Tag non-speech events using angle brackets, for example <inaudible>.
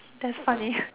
that's funny <laughs>